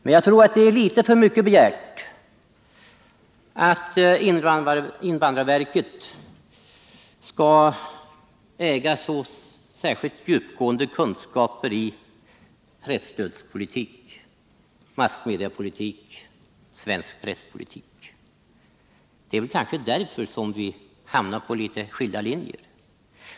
Men jag tror att det är litet för mycket begärt att invandrarverket skall äga djupgående kunskaper när det gäller presstödspolitik, massmediapolitik, svensk presspolitik. Det är kanske därför vi hamnat på litet skilda linjer.